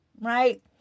Right